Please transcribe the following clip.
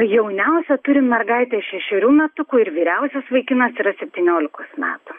jauniausią turim mergaitę šešerių metukų ir vyriausias vaikinas yra septyniolikos metų